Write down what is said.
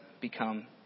become